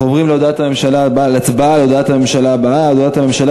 אנחנו עוברים להצבעה על הודעת הממשלה הבאה: הודעת הממשלה